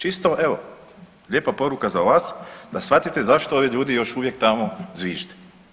Čisto evo lijepa poruka za vas da shvatite zašto ovi ljudi još uvijek tamo zvižde.